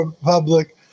public